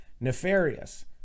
nefarious